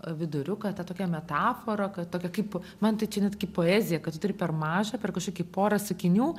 viduriuką tą tokią metaforą kad tokią kaip man tai čia netgi poezija kad tu turi per mažą per kažkokį pora sakinių